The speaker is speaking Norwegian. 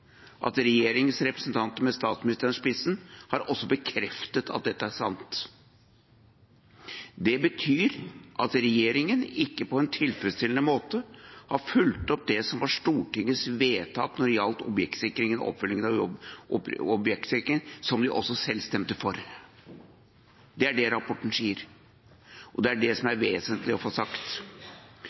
regjeringens representanter, med statsministeren i spissen, har også bekreftet at dette er sant. Det betyr at regjeringen ikke på en tilfredsstillende måte har fulgt opp Stortingets vedtak om objektsikring og oppfølgingen av objektsikring, som de også selv stemte for. Det er det rapporten sier. Det er det som er vesentlig å få sagt,